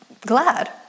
glad